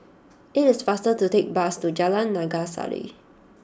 it is faster to take the bus to Jalan Naga Sari